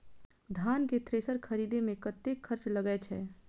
धान केँ थ्रेसर खरीदे मे कतेक खर्च लगय छैय?